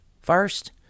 first